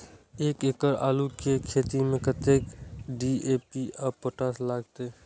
एक एकड़ आलू के खेत में कतेक डी.ए.पी और पोटाश लागते?